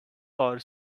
our